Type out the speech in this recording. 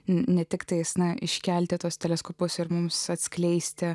ne tiktais na iškelti tuos teleskopus ir mums atskleisti